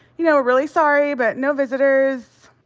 you know, really sorry but no visitors.